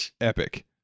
epic